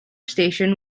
station